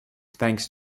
thanks